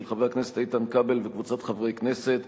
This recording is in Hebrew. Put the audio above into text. של חבר הכנסת איתן כבל וקבוצת חברי הכנסת,